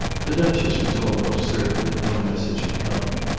the duchess was almost certain that no message had come,